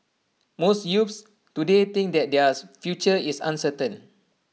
most youths today think that their future is uncertain